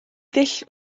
ddull